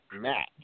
match